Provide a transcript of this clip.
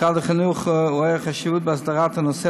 משרד החינוך רואה חשיבות בהסדרת הנושא,